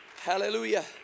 Hallelujah